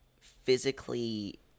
physically